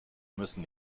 müssen